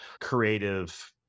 creative